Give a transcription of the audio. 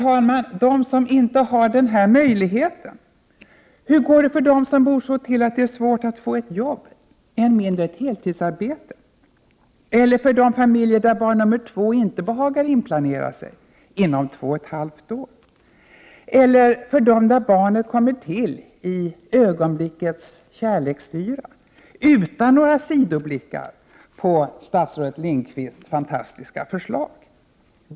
Hur är det för dem som inte har den möjligheten? Hur går det för dem som bor så att det är svårt att få ett jobb, än mindre ett heltidsarbete? 81 Hur går det för de familjer där barn nummer två inte behagar inplanera sig inom två och ett halvt år? Hur blir det för dem där barnet kommer till i ögonblickets kärleksyra, utan några sidoblickar på statsrådet Lindqvists fantastiska förslag?